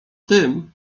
tym